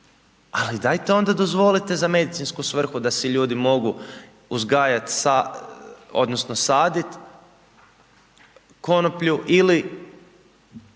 Ali, dajte onda dozvolite za medicinsku svrhu da si ljudi mogu uzgajati odnosno saditi konoplju ili